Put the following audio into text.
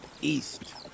east